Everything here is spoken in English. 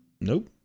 Nope